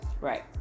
Right